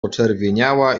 poczerwieniała